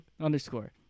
underscore